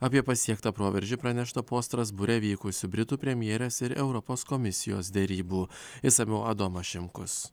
apie pasiektą proveržį pranešta po strasbūre vykusių britų premjerės ir europos komisijos derybų išsamiau adomas šimkus